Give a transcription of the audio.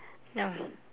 no